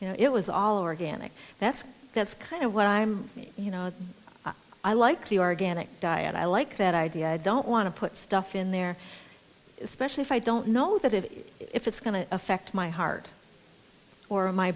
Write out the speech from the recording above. you know it was all over again and that's that's kind of what i'm you know i like the organic diet i like that idea i don't want to put stuff in there especially if i don't know that it is if it's going to affect my heart or my